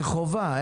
זה חובה.